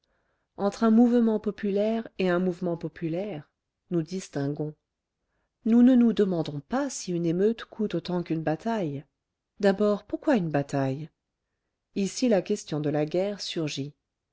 entre un mouvement populaire et un mouvement populaire nous distinguons nous ne nous demandons pas si une émeute coûte autant qu'une bataille d'abord pourquoi une bataille ici la question de la guerre surgit